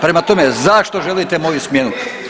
Prema tome, zašto želite moju smjenu?